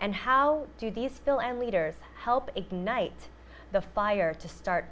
and how do these fill and leaders help ignite the fire to start